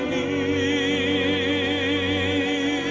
a